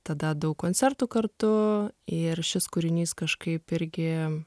tada daug koncertų kartu ir šis kūrinys kažkaip irgi